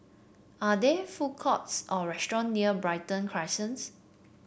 are there food courts or restaurant near Brighton Crescents